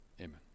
Amen